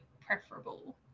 preferable